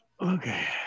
Okay